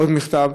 עוד מכתב,